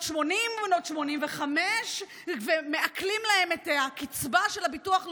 80 ובנות 85 ומעקלים להן את הקצבה של הביטוח הלאומי,